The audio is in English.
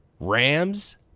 Rams